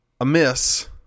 amiss